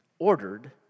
ordered